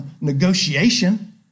negotiation